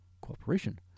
cooperation